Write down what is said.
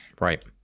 Right